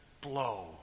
blow